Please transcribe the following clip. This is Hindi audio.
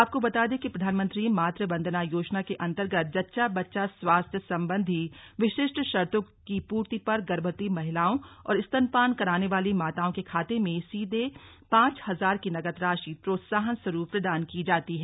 आपको बता दें कि प्रधानमंत्री मातु वंदना योजना के अंतर्गत जच्या बच्चा स्वास्थ्य संबंधी विशिष्ट शर्तों की पूर्ति पर गर्भवती महिलाओं और स्तनपान कराने वाली माताओं के खाते में सीधे पांच हजार की नकद राशि प्रोत्साहन स्वरुप प्रदान की जाती है